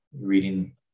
reading